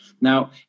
Now